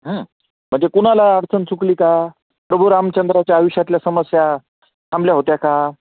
हं म्हणजे कुणाला अडचण चुकली का प्रभू रामचंद्राच्या आयुष्यातल्या समस्या थांबल्या होत्या का